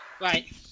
Right